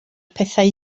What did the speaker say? pethau